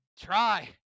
try